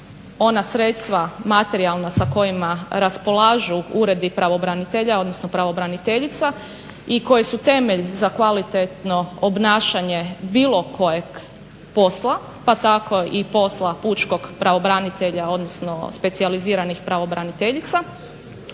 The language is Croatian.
ona sredstva materijalna sa kojima raspolažu uredi pravobranitelja, odnosno pravobraniteljica i koji su temelj za kvalitetno obnašanje bilo kojeg posla pa tako i posla pučkog pravobranitelja, odnosno specijaliziranih pravobraniteljica.